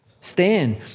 stand